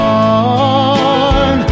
on